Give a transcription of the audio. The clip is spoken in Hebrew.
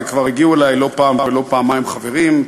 וכבר הגיעו אלי לא פעם ולא פעמיים חברים,